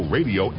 Radio